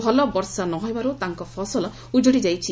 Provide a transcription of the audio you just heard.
ଭଲ ବର୍ଷା ନହେବାରୁ ତାଙ୍କ ଫସଲ ଉଜୁଡି ଯାଇଛି